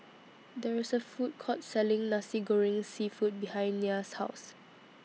There IS A Food Court Selling Nasi Goreng Seafood behind Nya's House